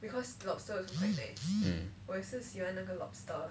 mm